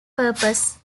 purpose